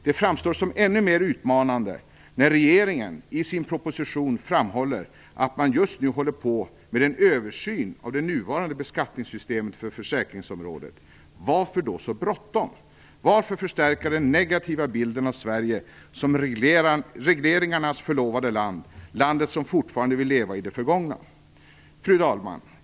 Det framstår som ännu mer utmanande när regeringen i sin proposition framhåller att man just nu håller på med en översyn av det nuvarande beskattningssystemet för försäkringsområdet. Varför då så bråttom? Varför förstärka den negativa bilden av Sverige som regleringarnas förlovade land, landet som fortfarande vill leva i det förgångna? Fru talman!